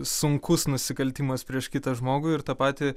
sunkus nusikaltimas prieš kitą žmogų ir tą patį